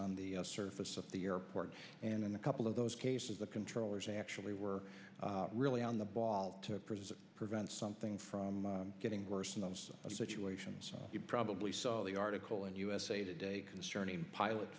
on the surface of the airport and in a couple of those cases the controllers actually were really on the ball to prevent something from getting worse in those situations you probably saw the article in usa today concerning pilot